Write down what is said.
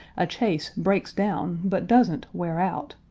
a chaise breaks down, but doesn't wear out.